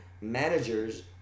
managers